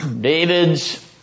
David's